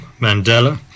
Mandela